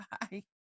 Bye